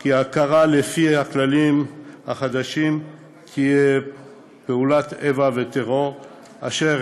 כי הכרה לפי הכללים החדשים תהיה בפעולות איבה וטרור אשר